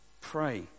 Pray